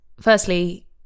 firstly